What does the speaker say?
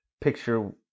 picture